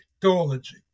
Theology